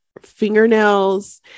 fingernails